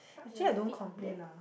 actually I don't complain lah